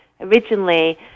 originally